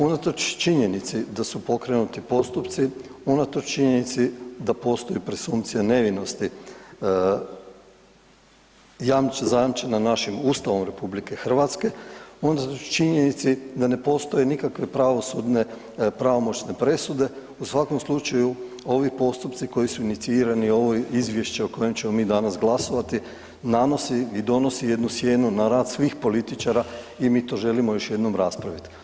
Unatoč činjenici da su pokrenuti postupci, unatoč činjenici da postoji presumpcija nevinosti zajamčena našim ustavom RH, unatoč činjenici da ne postoje nikakve pravosudne pravomoćne presude, u svakom slučaju ovi postupci koji su inicirani i ovo izvješće o kojem ćemo mi danas glasovati nanosi i donosi jednu sjenu na rad svih političara i mi to želimo još jednom raspravit.